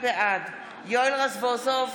בעד יואל רזבוזוב,